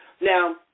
Now